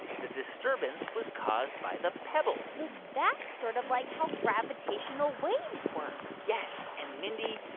the disturbance was caused by the pebble so that's sort of like how gravitational waves work yes. and, mindy,